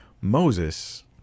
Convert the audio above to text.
moses